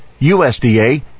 USDA